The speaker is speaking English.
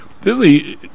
Disney